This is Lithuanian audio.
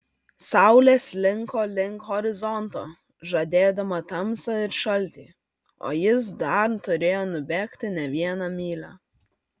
saulė slinko link horizonto žadėdama tamsą ir šaltį o jis dar turėjo nubėgti ne vieną mylią